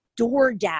DoorDash